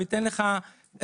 תמיד צריך גם,